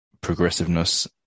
progressiveness